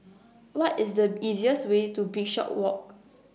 What IS The easiest Way to Bishopswalk